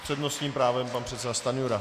S přednostním právem pan předseda Stanjura.